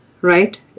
right